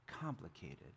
complicated